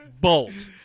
bolt